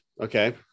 Okay